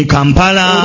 Kampala